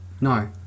No